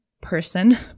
person